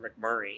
McMurray